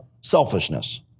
Selfishness